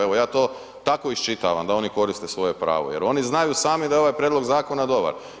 Evo ja to tako iščitavam da oni koriste svoje pravo jer oni znaju sami da ovaj prijedlog zakona dobar.